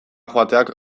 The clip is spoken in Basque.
joateak